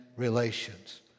relations